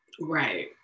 Right